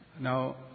Now